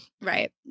Right